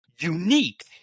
unique